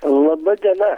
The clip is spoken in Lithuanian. laba diena